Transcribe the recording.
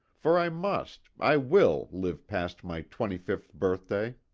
for i must i will live past my twenty-fifth birthday.